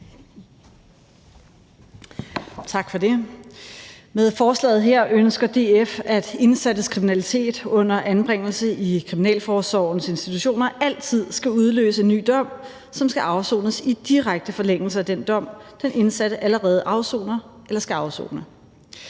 til folketingsbeslutning om, at indsattes kriminalitet under anbringelse i kriminalforsorgens institutioner altid skal udløse en ny dom, som skal afsones i direkte forlængelse af den dom, den indsatte allerede afsoner eller skal afsone.